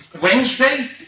Wednesday